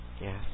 Yes